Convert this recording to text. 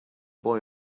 boy